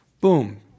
Boom